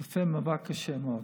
אני צופה מאבק קשה מאוד,